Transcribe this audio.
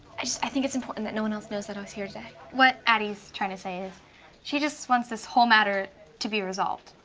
i just, i think it's important that no one else knows that i was here today. what addie is trying to say is she just wants this whole matter to be resolved.